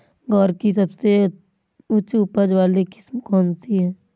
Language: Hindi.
ग्वार की सबसे उच्च उपज वाली किस्म कौनसी है?